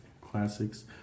Classics